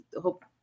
hope